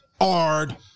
Ard